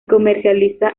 comercializa